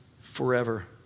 forever